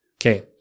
Okay